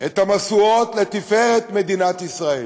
את המשואות לתפארת מדינת ישראל.